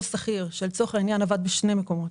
שכיר שלצורך העניין עבד בשני מקומיות,